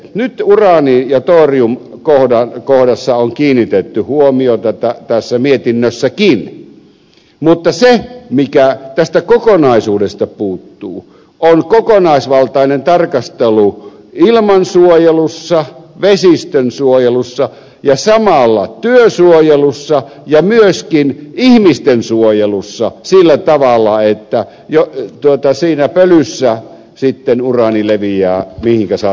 nyt uraani ja toriumkohtaan on kiinnitetty huomiota tässä mietinnössäkin mutta se mikä tästä kokonaisuudesta puuttuu on kokonaisvaltainen tarkastelu ilmansuojelussa vesistönsuojelussa ja samalla työsuojelussa ja myöskin ihmisten suojelussa sillä tavalla että siinä pölyssä sitten uraani leviää mihinkä sattuu